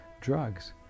drugs